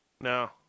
No